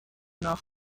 nach